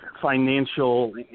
financial